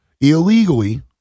illegally